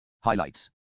Highlights